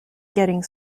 getting